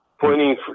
pointing